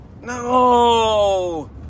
No